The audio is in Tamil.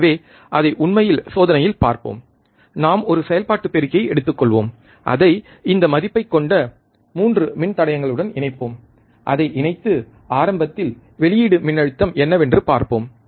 எனவே இதை உண்மையில் சோதனையில் பார்ப்போம் நாம் ஒரு செயல்பாட்டுப் பெருக்கியை எடுத்துக் கொள்வோம் அதை இந்த மதிப்பைக் கொண்ட 3 மின் தடயங்கள் உடன் இணைப்போம் அதை இணைத்து ஆரம்பத்தில் வெளியீடு மின்னழுத்தம் என்னவென்று பார்ப்போம்